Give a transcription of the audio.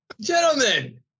Gentlemen